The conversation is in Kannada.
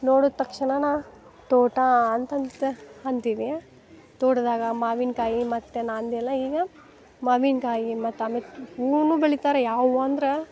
ನೋಡಿದ ತಕ್ಷಣನ ತೋಟ ಅಂತ ಅಂತ ಅಂತೀವಿ ತೋಟದಾಗ ಮಾವಿನಕಾಯಿ ಮತ್ತು ನಾ ಅಂದಿ ಅಲ್ಲ ಈಗ ಮಾವಿನಕಾಯಿ ಮತ್ತು ಅಮಿಕ್ ಹೂವುನು ಬೆಳಿತಾರ ಯಾವ ಹೂವ ಅಂದ್ರೆ